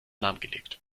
lahmgelegt